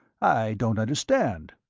i don't understand.